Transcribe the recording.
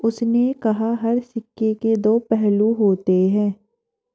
उसने कहा हर सिक्के के दो पहलू होते हैं